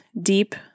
deep